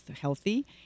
healthy